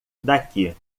daqui